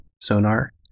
sonar